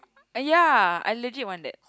ah ya I legit want that